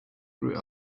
grew